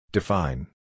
Define